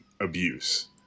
abuse